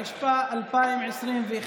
התשפ"א 2021,